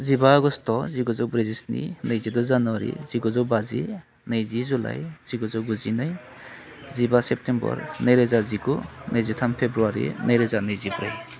जिबा आगष्ट' जिगुजौ ब्रैजिस्नि नैजिद' जानुवारि जिगुजौ बाजि नैजि जुलाइ जिगुजौ गुजिनै जिबा सेप्टेम्बर नै रोजा जिगु नैजिथाम फेब्रुवारि नै रोजा नैजिब्रै